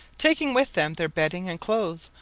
taking with them their bedding and clothes,